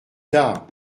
tard